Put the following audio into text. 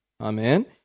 Amen